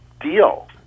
deal